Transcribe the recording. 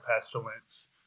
pestilence